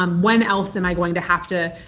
um when else am i going to have to,